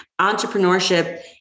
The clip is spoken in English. entrepreneurship